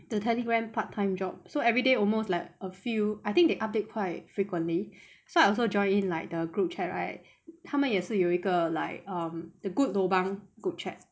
the Telegram part time job so everyday almost like a few I think they update quite frequently so I also joined in like the group chat right 他们也是有一个 like um the good lobang group chat